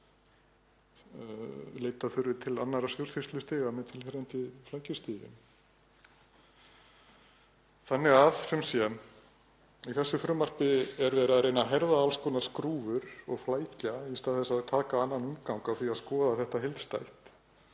leita þurfi til annarra stjórnsýslustiga með tilheyrandi flækjustigi. Í þessu frumvarpi er verið að reyna að herða alls konar skrúfur og flækja í stað þess að taka annan umgang af því að skoða þetta heildstætt,